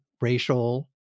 racial